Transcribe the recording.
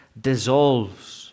dissolves